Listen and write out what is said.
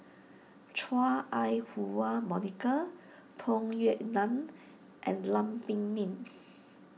Chua Ai Huwa Monica Tung Yue Nang and Lam Pin Min